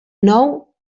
nou